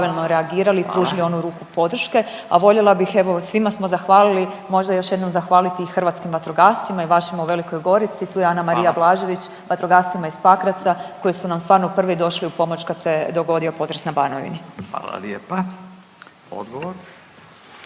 Hvala lijepa. Odgovor.